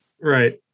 Right